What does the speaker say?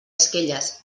esquelles